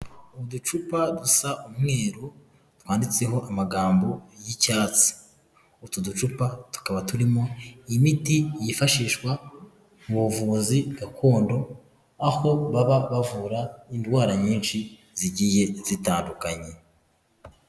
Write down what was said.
Uducupa dusa umweru twanditseho amagambo y'icyatsi, utu ducupa tukaba turimo imiti yifashishwa mu buvuzi gakondo, aho baba bavura indwara nyinshi zigiye zitandukanye.